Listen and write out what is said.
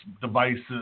devices